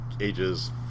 ages